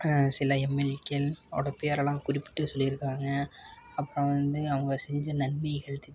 சில எம்எல்ஏக்கள் ஓட பேரெல்லாம் குறிப்பிட்டு சொல்லியிருக்காங்க அப்புறம் வந்து அவங்க செஞ்ச நன்மைகள்